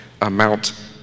amount